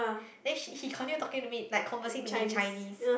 then she he continued talking to me like conversing to me in Chinese